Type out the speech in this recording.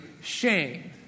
shame